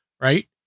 right